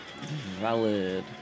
Valid